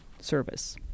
service